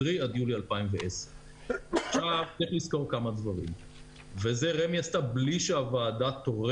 קרי עד יולי 2010. ואת זה רמ"י עשתה בלי שהוועדה תורה